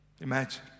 Imagine